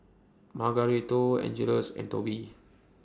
Margarito Angeles and Tobie